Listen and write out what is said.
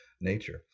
nature